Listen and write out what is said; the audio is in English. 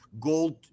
gold